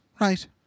Right